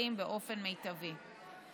הנכסים באופן מיטבי.